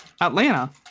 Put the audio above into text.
Atlanta